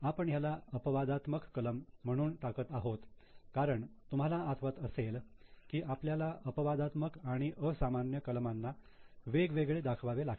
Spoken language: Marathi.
आपण ह्याला अपवादात्मक कलम म्हणून टाकत आहोत कारण तुम्हाला आठवत असेल की आपल्याला अपवादात्मक आणि असामान्य कलमांना वेगवेगळे दाखवावे लागते